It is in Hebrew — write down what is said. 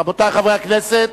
רבותי חברי הכנסת,